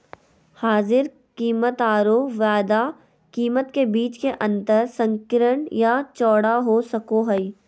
हाजिर कीमतआरो वायदा कीमत के बीच के अंतर संकीर्ण या चौड़ा हो सको हइ